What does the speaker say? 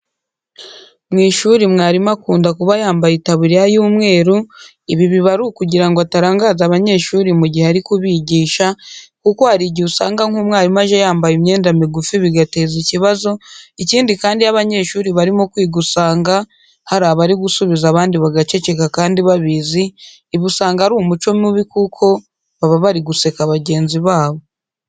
Mu ishuri mwarimu akunda kuba yambaye itaburiya y'umweru ibi biba ari ukugira ngo atarangaza abanyeshuri mu gihe ari kubigisha, kuko hari igihe usanga nk'umwarimu aje yambaye imyenda migufi bigateza ikibazo, ikindi kandi iyo abanyeshuri barimo kwiga usanga hari abari gusubiza abandi bagaceceka kandi babizi, ibi usanga ari umuco mubi kuko baba bari guseka bagenzi babo.